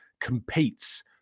competes